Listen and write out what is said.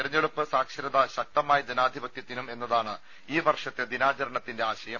തെരഞ്ഞെടുപ്പ് സാക്ഷരത ശക്തമായ ജനാധിപത്യത്തിനും എന്നതാണ് ഈ വർഷത്തെ ദിനാചരണത്തിന്റെ ആശയം